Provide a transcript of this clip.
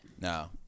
No